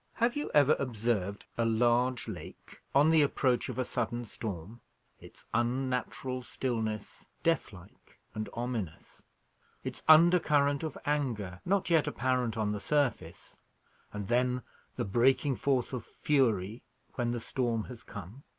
have you ever observed a large lake on the approach of a sudden storm its unnatural stillness, death-like and ominous its undercurrent of anger not yet apparent on the surface and then the breaking forth of fury when the storm has come?